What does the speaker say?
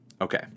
Okay